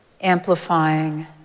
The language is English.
amplifying